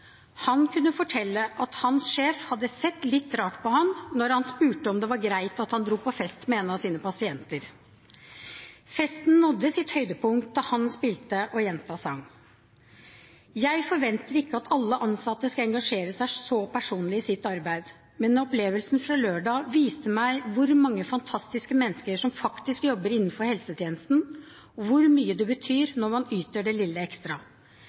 Han kunne fortelle at hans sjef hadde sett litt rart på ham når han spurte om det var greit at han dro på fest med en av sine pasienter. Festen nådde sitt høydepunkt da han spilte og jenta sang. Jeg forventer ikke at alle ansatte skal engasjere seg så personlig i sitt arbeid, men opplevelsen fra lørdag viste meg hvor mange fantastiske mennesker som faktisk jobber innenfor helsetjenesten, og hvor mye det betyr når man yter det lille ekstra.